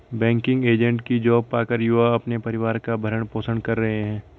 banking agent की job पाकर युवा अपने परिवार का भरण पोषण कर रहे है